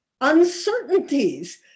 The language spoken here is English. uncertainties